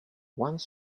one